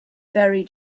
very